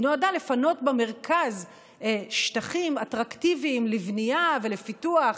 היא נועדה לפנות במרכז שטחים אטרקטיביים לבנייה ולפיתוח,